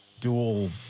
dual